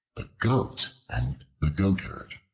the goat and the goatherd